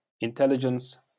intelligence